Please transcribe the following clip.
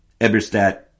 Eberstadt